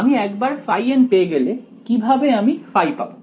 আমি একবার n পেয়ে গেলে কিভাবে আমি পাব